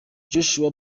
joshua